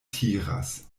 tiras